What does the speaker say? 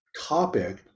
topic